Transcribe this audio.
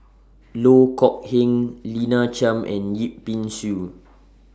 Loh Kok Heng Lina Chiam and Yip Pin Xiu